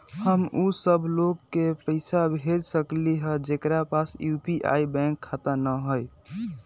हम उ सब लोग के पैसा भेज सकली ह जेकरा पास यू.पी.आई बैंक खाता न हई?